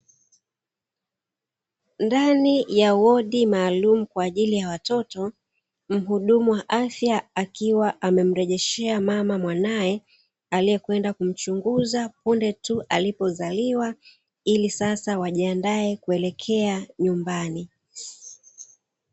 Ndani ya wodi maalumu kwa ajili ya watoto, mhudumu wa afya akiwa amemrejeshea mama mwanae aliekwenda kumchunguza punde tu alipozaliwa, ili sasa wajiandae kuelekea nyumbani.